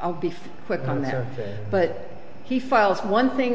could be quick on there but he files one thing